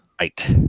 Right